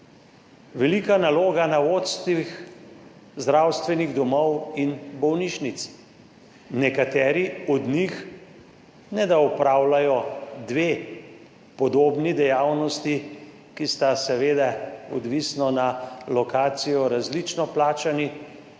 Velika naloga je na vodstvih zdravstvenih domov in bolnišnic. Nekateri od njih ne da opravljajo dve podobni dejavnosti, ki sta seveda odvisno na lokacijo različno plačani,